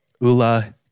Ula